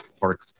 park